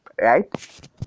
right